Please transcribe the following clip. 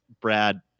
Brad